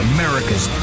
America's